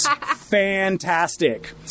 Fantastic